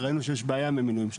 וראינו שיש בעיה במינויים שלהם.